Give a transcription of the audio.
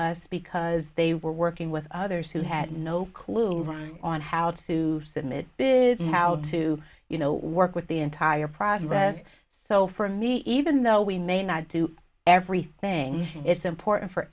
us because they were working with others who had no clue right on how to submit bid how to you know work with the entire process so for me even though we may not do everything it's important for